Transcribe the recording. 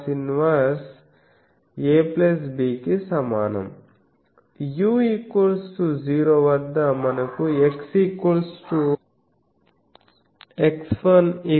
u 0 వద్ద మనకు x x1 a b కి సమానం